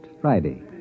Friday